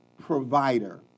provider